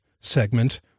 segment